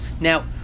Now